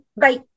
Bye